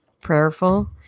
prayerful